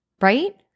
right